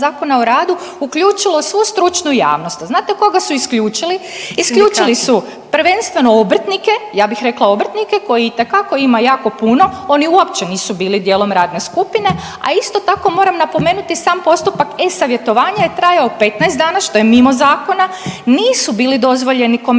donošenja ZOR-a uključilo svu stručnu jasnost. Znate koga su isključili su? .../Upadica: Sindikate./... Isključili su prvenstveno obrtnike, ja bih rekla obrtnike, koji itekako ima jako puno, oni uopće nisu bili dijelom radne skupine, a isto tako moram napomenuti, sam postupak e-Savjetovanja je trajao 15 dana, što je mimo zakona, nisu bili dozvoljeni komentari